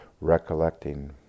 recollecting